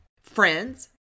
friends